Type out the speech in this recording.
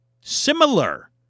similar